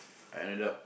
I ended up